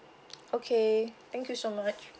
okay thank you so much